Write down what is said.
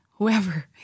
whoever